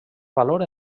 valor